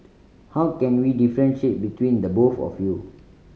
how can we differentiate between the both of you